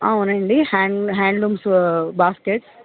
అవునండి hand handlooms baskets